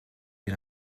you